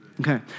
Okay